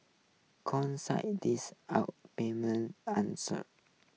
consider this our payment answered